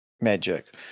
magic